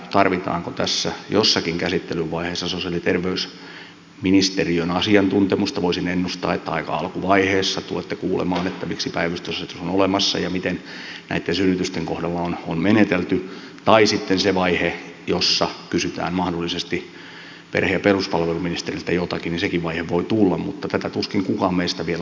tarvitaanko tässä jossakin käsittelyn vaiheessa sosiaali ja terveysministeriön asiantuntemusta voisin ennustaa että aika alkuvaiheessa tulette kuulemaan miksi päivystysasetus on olemassa ja miten näitten synnytysten kohdalla on menetelty tai sitten sekin vaihe jossa kysytään mahdollisesti perhe ja peruspalveluministeriltä jotakin voi tulla mutta tätä tuskin kukaan meistä vielä osaa ennakoida